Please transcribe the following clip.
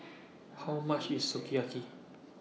How much IS Sukiyaki